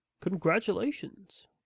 Congratulations